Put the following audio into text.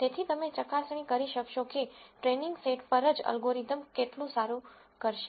તેથી તમે ચકાસણી કરી શકશો કે ટ્રેનીંગ સેટ પર જ એલ્ગોરિધમ કેટલું સારું કરશે